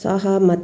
सहमत